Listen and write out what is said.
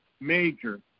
major